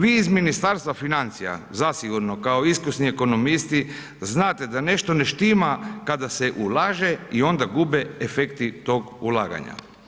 Vi iz Ministarstva financija zasigurno kao iskusni ekonomisti znate da nešto ne štima kada se ulaže i onda gube efekti tog ulaganja.